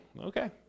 Okay